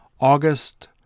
August